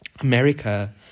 America